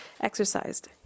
exercised